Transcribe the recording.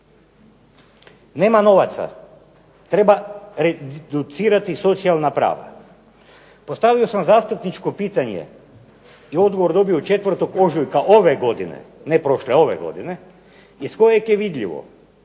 Nema novaca. Treba reducirati socijalna prava. Postavio sam zastupničko pitanje i odgovor dobio 4. ožujka ove godine, ne prošle, ove godine iz kojeg je vidljivo